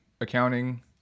accounting